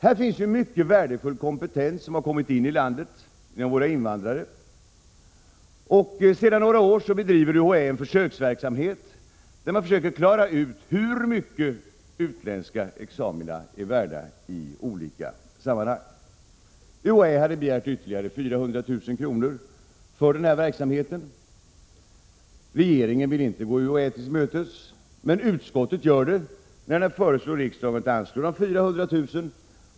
Det finns mycket värdefull kompetens som har kommit in i landet med våra invandrare. Sedan några år bedriver UHÄ försöksverksamhet där man försöker klara ut hur mycket utländska examina är värda i olika sammanhang. UHÄ hade begärt ytterligare 400 000 kr. för denna verksamhet. Regeringen ville inte gå i UHÄ till mötes, men utskottet gör det när man föreslår riksdagen att anslå dessa 400 000 kr.